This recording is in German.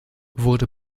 wurde